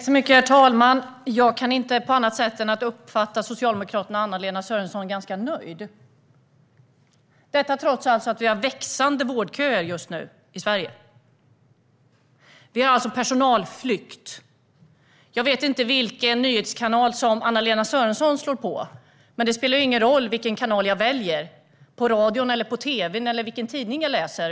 Herr talman! Jag kan inte uppfatta Socialdemokraterna och Anna-Lena Sörenson på annat sätt än som ganska nöjda, trots att vi just nu har växande vårdköer i Sverige. Vi har personalflykt. Jag vet inte vilken nyhetskanal Anna-Lena Sörenson slår på. Men det spelar ingen roll vilken kanal man väljer på radion eller tv:n eller vilken tidning man läser.